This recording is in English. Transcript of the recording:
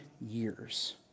years